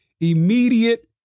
immediate